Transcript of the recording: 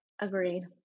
agreed